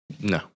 No